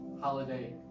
holiday